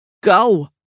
Go